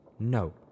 No